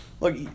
Look